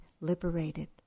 liberated